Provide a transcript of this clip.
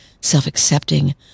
self-accepting